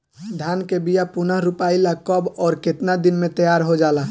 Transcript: धान के बिया पुनः रोपाई ला कब और केतना दिन में तैयार होजाला?